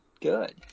good